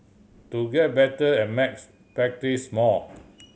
to get better at maths practise more